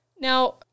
Now